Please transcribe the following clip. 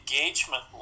engagement